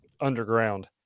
underground